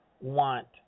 want